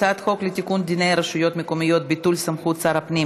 הצעת חוק לתיקון דיני הרשויות המקומיות (ביטול סמכות שר הפנים